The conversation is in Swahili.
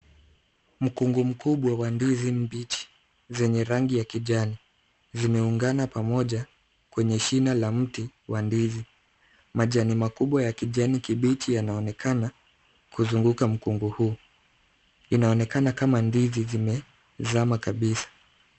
Mkungu mkubwa wa ndizi mbichi , zenye rangi ya kijani, zimeungana pamoja kwenye shina la mti wa ndizi, majani makubwa ya kijani kibichi yanaonekana kuzunguka mkungu huu , inaonekana kama ndizi zimezama kabisa.